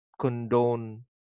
condone